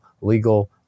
legal